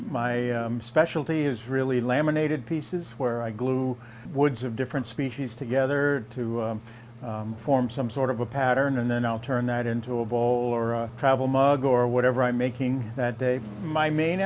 y specialty is really laminated pieces where i glue woods of different species together to form some sort of a pattern and then i'll turn that into a ball or travel mug or whatever i'm making that day my main